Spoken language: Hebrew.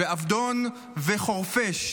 עבדון וחורפיש.